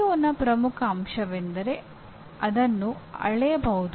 COನ ಪ್ರಮುಖ ಅಂಶವೆಂದರೆ ಅದನ್ನು ಅಳೆಯಬಹುದು